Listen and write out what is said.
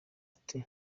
ati